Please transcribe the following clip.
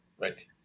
right